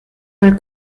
mal